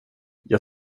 jag